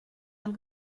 del